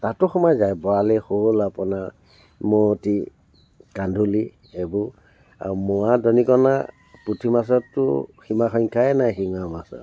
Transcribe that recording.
তাতো সোমাই যায় বৰালি শ'ল আপোনাৰ নোৱতী কান্ধুলি এইবোৰ আও মোৱা দঁনিকণা পুঠিমাছৰতো সীমা সংখ্যাই নাই শিঙৰা মাছৰ